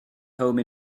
home